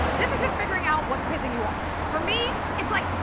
this is just figuring out what's pissing you off. for me, it's like,